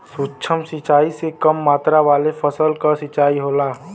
सूक्ष्म सिंचाई से कम मात्रा वाले फसल क सिंचाई होला